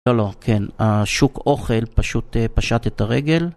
לא לא, כן, השוק אוכל פשוט פשט את הרגל